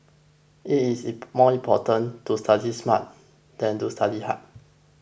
it is more important to study smart than to study hard